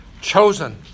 chosen